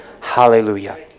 Hallelujah